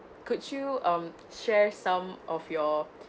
could you um share some of your